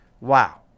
wow